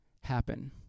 happen